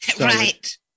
Right